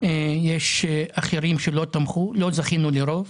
היו אחרים שלא תמכו ולא זכינו לרוב.